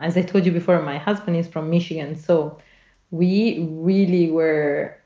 as i told you before, my husband is from michigan. so we really were